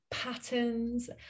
Patterns